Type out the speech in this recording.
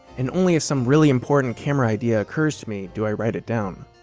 and only if some really important camera idea occurs to me, do i write it down.